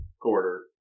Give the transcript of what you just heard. quarter